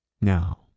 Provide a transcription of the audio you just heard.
Now